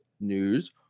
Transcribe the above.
news